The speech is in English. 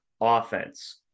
offense